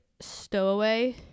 stowaway